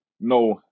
no